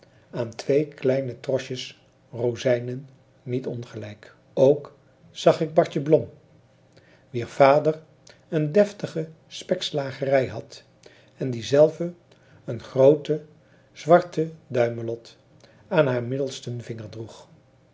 aan twee kleine trosjes rozijnen niet ongelijk ook zag ik bartje blom wier vader een deftige spekslagerij had en die zelve een groote zwarte duimelot aan haar middelsten vinger droeg